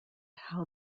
how